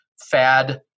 fad